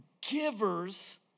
givers